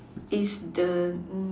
is the